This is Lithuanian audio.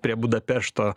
prie budapešto